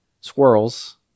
squirrels